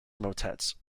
motets